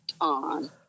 on